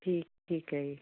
ਠੀਕ ਠੀਕ ਹੈ ਜੀ